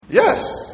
Yes